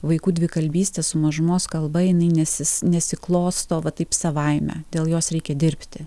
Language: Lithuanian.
vaikų dvikalbystė su mažumos kalba jinai nesis nesiklosto va taip savaime dėl jos reikia dirbti